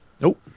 Nope